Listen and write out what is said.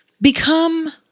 become